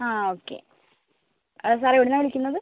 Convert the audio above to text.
ആ okay sir എവിടെ നിന്നാണ് വിളിക്കുന്നത്